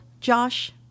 Josh